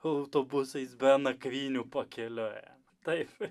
autobusais be nakvynių pakeliui taip